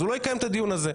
הוא לא יקיים את הדיון הזה.